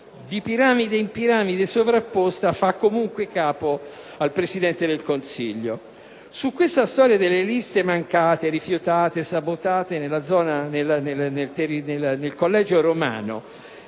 di piramide in piramide sovrapposta, fa comunque capo al Presidente del Consiglio. Su questa storia delle liste mancate, rifiutate, sabotate nel collegio romano